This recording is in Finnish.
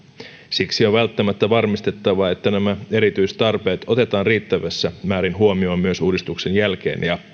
siksi on välttämättä varmistettava että nämä erityistarpeet otetaan riittävässä määrin huomioon myös uudistuksen jälkeen ja